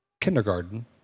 kindergarten